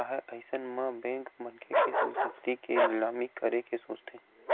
राहय अइसन म बेंक मनखे के संपत्ति के निलामी करे के सोचथे